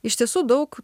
iš tiesų daug